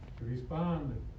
respond